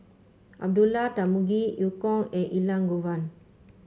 Abdullah Tarmugi Eu Kong and Elangovan